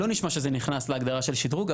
אבל לא נשמע שזה נכנס להגדרה של שדרוג.